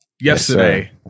yesterday